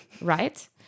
right